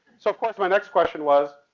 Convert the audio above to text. so of course my next question was,